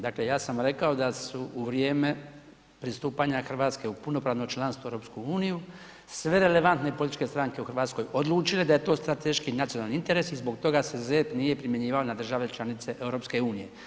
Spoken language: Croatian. Dakle, ja sam rekao da su u vrijeme pristupanja Hrvatske u punopravno članstvo u EU sve relevantne političke stranke u Hrvatskoj odlučile da je to strateški i nacionalni interes i zbog toga se ZERP nije primjenjivao na države članice EU.